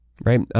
right